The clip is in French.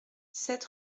sept